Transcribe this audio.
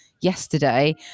yesterday